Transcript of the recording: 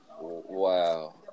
wow